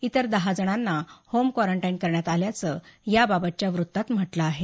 इतर दहा जणांना होम क्वारंटाईन करण्यात आल्याचं याबाबतच्या वृत्तात म्हटलं आहे